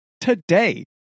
today